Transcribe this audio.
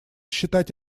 считать